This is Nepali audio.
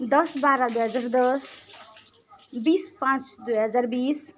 दस बाह्र दुई हजार दस बिस पाँच दुई हजार बिस